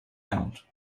out